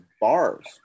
bars